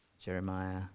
Jeremiah